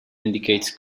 indicates